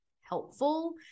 helpful